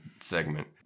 segment